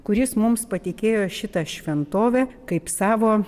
kuris mums patikėjo šitą šventovę kaip savo